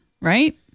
right